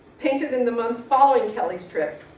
painted in the month following kelly's trip,